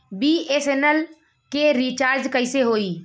BSNL के recharge कैसे होयी?